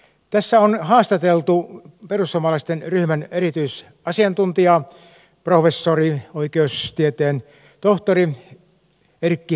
tässä on haastateltu perussuomalaisten ryhmän erityisasiantuntijaa professori oikeustieteen tohtori erkki havansia